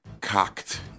cocked